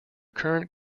current